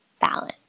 balance